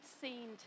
seen